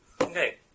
Okay